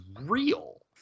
real